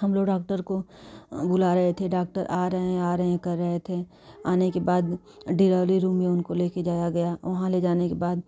हम लोग डाक्टर को बुला रहे थे डॉक्टर आ रहे हैं आ रहे हैं कर रहे थे आने के बाद डिलीवरी रूम में उनको लेकर जाया गया वहाँ ले जाने के बाद